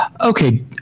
okay